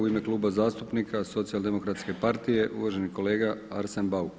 U ime Kluba zastupnika Socijaldemokratske partije uvaženi kolega Arsen Bauk.